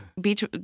beach